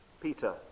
Peter